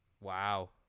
Wow